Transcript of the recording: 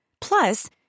Plus